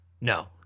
No